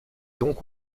donc